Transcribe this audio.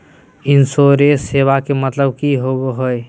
इंसोरेंसेबा के मतलब की होवे है?